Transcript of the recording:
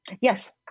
yes